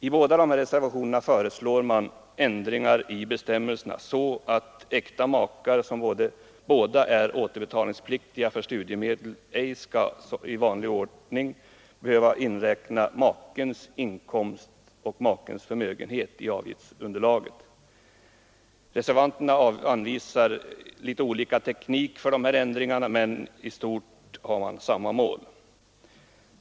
I båda dessa reservationer föreslås sådana ändringar i bestämmelserna, att äkta makar som båda är återbetalningspliktiga för studiemedel ej skall i vanlig ordning behöva inräkna makens inkomst och förmögenhet i avgiftsunderlaget. Reservanterna anvisar litet olika teknik för dessa ändringar, men de har i stort sett samma mål.